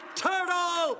turtle